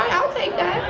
i'll take that.